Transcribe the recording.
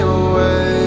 away